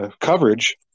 coverage